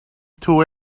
too